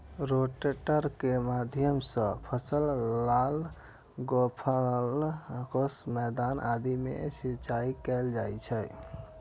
rotator के माध्यम सं फसल, लॉन, गोल्फ कोर्स, मैदान आदि मे सिंचाइ कैल जाइ छै